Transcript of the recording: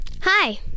Hi